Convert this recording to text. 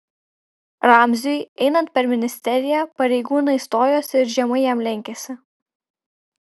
ramziui einant per ministeriją pareigūnai stojosi ir žemai jam lenkėsi